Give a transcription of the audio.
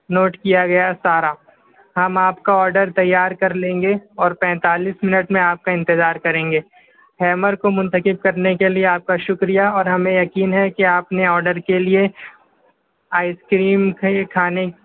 note کیا گیا سارا ہم آپ کا آرڈر تیار کر لیں گے اور پینتالیس منٹ میں آپ کا انتظار کریں گے ہیمر کو منتخب کرنے کے لئے آپ کا شکریہ اور ہمیں یقین ہے کہ آپ نے آرڈر کے لئے آئس کریم کھے کھانے